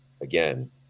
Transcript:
again